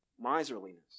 miserliness